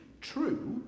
true